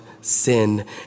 sin